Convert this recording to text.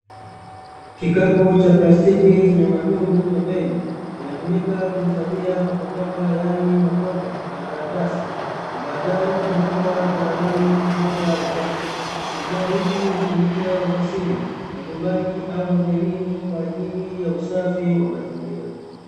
Kikapu cha plastiki chenye matundu pembeni, kimetumika kuhifadhia takataka, yaani makopo na karatasi na baadae hupelekwa jalalani kumwaga uchafu, kifaa hiki hutumika ofisini, majumbani, au hotelini kwa ajili ya usafi wa mazingira.